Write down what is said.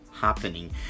happening